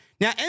Now